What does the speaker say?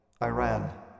Iran